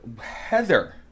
Heather